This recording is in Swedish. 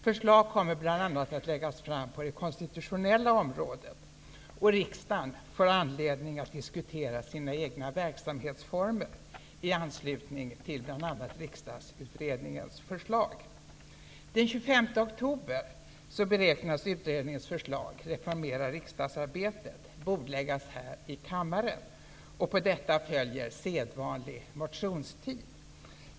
Förslag kommer att läggas fram bl.a. på det konstitutionella området. Riksdagen får anledning att diskutera sina egna verksamhetsformer i anslutning till bl.a. Den 25 oktober beräknas utredningens förslag Reformera riksdagsarbetet! bordläggas här i kammaren och på detta följer sedvanlig motionstid.